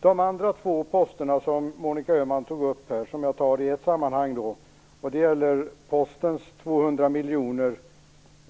De andra två poster som Monica Öhman tog upp var Postens 200 miljoner